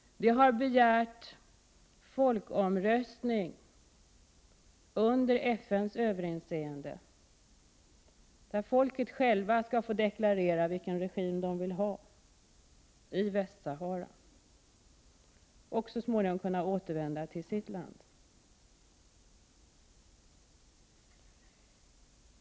De har begärt en folkomröstning under FN:s överinseende, där folket självt skall få deklarera vilken regim de vill ha i Västsahara. De måste snart få återvända till sitt land.